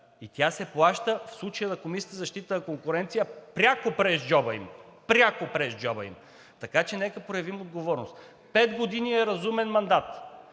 И тя се плаща, в случая на Комисията за защита на конкуренцията, пряко през джоба им. Пряко през джоба им! Така че нека проявим отговорност. Пет години е разумен мандат